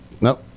No